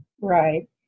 Right